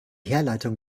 herleitung